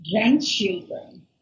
grandchildren